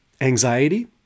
Anxiety